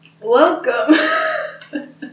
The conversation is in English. welcome